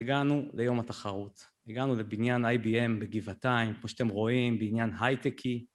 הגענו ליום התחרות, הגענו לבניין IBM בגבעתיים, כמו שאתם רואים, בניין הייטקי.